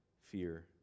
fear